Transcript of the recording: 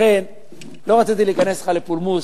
לכן לא רציתי להיכנס אתך לפולמוס,